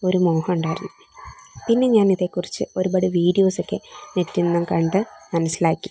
ഒരു മോഹം ഉണ്ടായിരുന്നു പിന്നെ ഞാൻ ഇതേക്കുറിച്ച് ഒരുപാട് വീഡിയോസ് ഒക്കെ നെറ്റിൽനിന്ന് കണ്ട് മനസ്സിലാക്കി